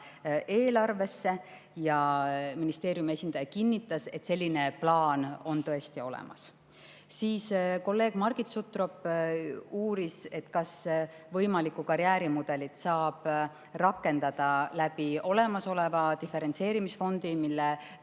eelarvesse. Ministeeriumi esindaja kinnitas, et selline plaan on tõesti olemas. Siis uuris kolleeg Margit Sutrop, kas võimalikku karjäärimudelit saab rakendada läbi olemasoleva diferentseerimisfondi, mille